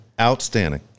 Outstanding